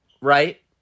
right